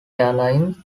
airlines